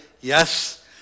Yes